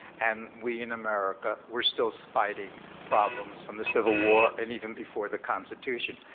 and we in america, we're still so fighting problems from the civil war, and even before the constitution.